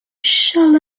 shall